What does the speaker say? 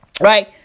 Right